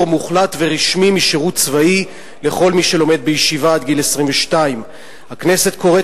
מוחלט ורשמי משירות צבאי לכל מי שלומד בישיבה עד גיל 22. הכנסת קוראת,